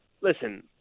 listen